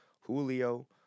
Julio